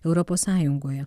europos sąjungoje